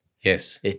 Yes